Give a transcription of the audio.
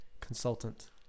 consultant